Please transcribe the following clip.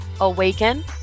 awaken